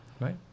right